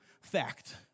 fact